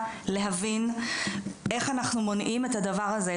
להבין איך אנחנו מונעים את הדבר הזה,